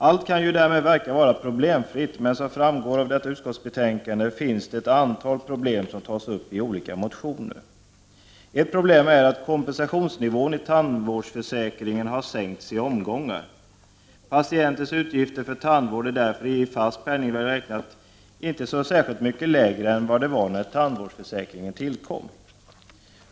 Allt kan ju därmed verka vara problemfritt, men som framgår av detta utskottsbetänkande finns det ett antal problem, som tas upp i olika motioner. Ett problem är att kompensationsnivån i tandvårdsförsäkringen har sänkts i omgångar. Patientens utgifter för tandvård är därför i fast penningvärde 53 räknat inte så särskilt mycket lägre än de var innan tandvårdsförsäkringen tillkom.